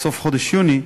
בסוף חודש יוני,